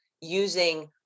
using